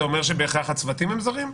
זה אומר שבהכרח הצוותים הם זרים?